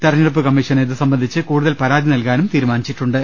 തെരഞ്ഞെടുപ്പ് കമ്മീഷന് ഇതു സംബന്ധിച്ച് കൂടുതൽ പരാതി നൽകാനും തീരുമാനിച്ചിട്ടുണ്ട്